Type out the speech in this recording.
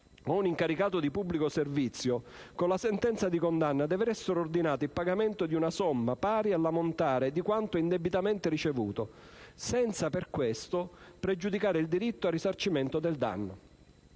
o un incaricato di pubblico servizio, con la sentenza di condanna deve essere ordinato il pagamento di una somma pari all'ammontare di quanto indebitamente ricevuto, senza per questo pregiudicare il diritto al risarcimento del danno.